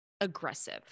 aggressive